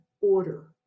order